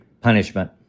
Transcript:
punishment